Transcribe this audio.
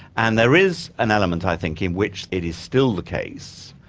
and there is an element, i think, in which it is still the case,